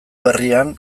berrian